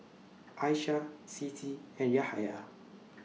Aisyah Siti and Yahaya